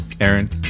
aaron